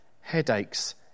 headaches